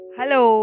hello